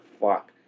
fuck